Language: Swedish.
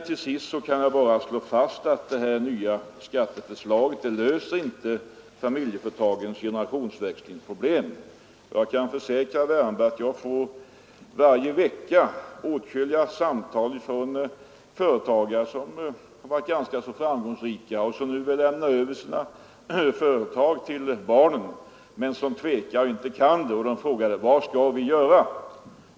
Till sist kan jag bara slå fast att det nya skatteförslaget inte löser familjeföretagens generationsväxlingsproblem. Jag kan försäkra herr Wärnberg att jag varje vecka får åtskilliga samtal från företagare som har varit framgångsrika och som nu vill lämna över sina företag till barnen men inte kan det. De frågar: Vad skall vi göra?